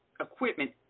equipment